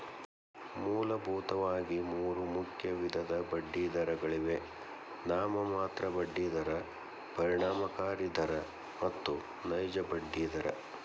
ಮೂಲಭೂತವಾಗಿ ಮೂರು ಮುಖ್ಯ ವಿಧದ ಬಡ್ಡಿದರಗಳಿವೆ ನಾಮಮಾತ್ರ ಬಡ್ಡಿ ದರ, ಪರಿಣಾಮಕಾರಿ ದರ ಮತ್ತು ನೈಜ ಬಡ್ಡಿ ದರ